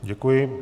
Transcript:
Děkuji.